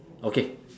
okay